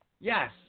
Yes